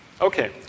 Okay